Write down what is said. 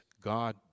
God